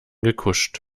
gekuscht